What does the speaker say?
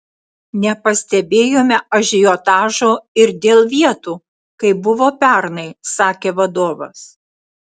nepastebėjome ažiotažo ir dėl vietų kaip buvo pernai sakė vadovas